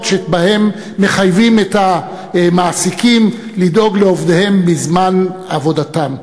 שבהן מחייבים את המעסיקים לדאוג לעובדים בזמן עבודתם,